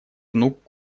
внук